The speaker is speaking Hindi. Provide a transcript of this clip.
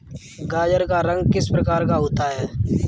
गाजर का रंग किस प्रकार का होता है?